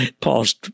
Paul's